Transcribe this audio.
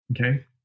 okay